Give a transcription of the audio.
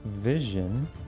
vision